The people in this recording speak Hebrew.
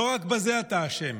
לא רק בזה אתה אשם.